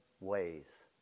ways